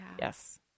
Yes